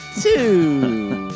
two